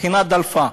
הבחינה דלפה.